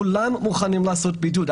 כולם מוכנים לעשות בידוד.